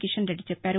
కిషన్ రెద్ది చెప్పారు